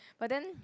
but then